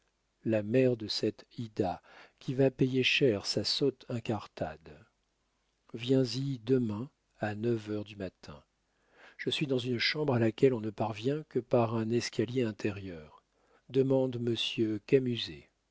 la mère de cette ida qui va payer cher sa sotte incartade viens-y demain à neuf heures du matin je suis dans une chambre à laquelle on ne parvient que par un escalier intérieur demande